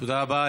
תודה רבה.